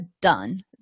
done